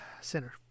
Center